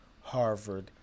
Harvard